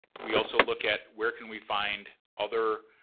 we also look at where can we find other